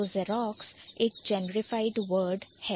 तो Xerox एक generified word बन गया है